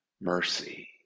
mercy